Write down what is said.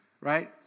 right